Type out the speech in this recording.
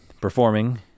performing